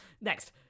Next